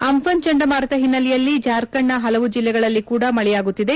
Amphan ಚಂಡಮಾರುತ ಹಿನ್ನೆಲೆಯಲ್ಲಿ ಜಾರ್ಖಂಡ್ನ ಹಲವು ಜಿಲ್ಲೆಗಳಲ್ಲಿ ಕೂಡ ಮಳೆಯಾಗುತ್ತಿದೆ